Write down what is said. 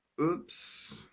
Oops